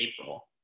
April